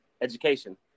education